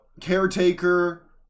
caretaker